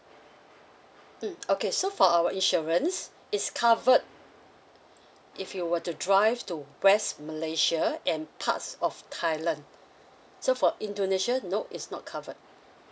mm okay so for our insurance is covered if you were to drive to west malaysia and parts of thailand so for indonesia no is not covered